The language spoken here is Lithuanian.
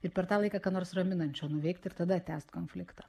ir per tą laiką ką nors raminančio nuveikt ir tada tęst konfliktą